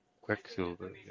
Quicksilver